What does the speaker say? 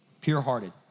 pure-hearted